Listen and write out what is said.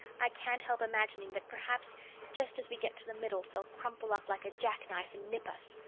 i can't help imagining that perhaps just as we get to the middle, they'll crumple up like a jack-knife and nip us.